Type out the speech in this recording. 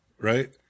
right